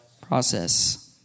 process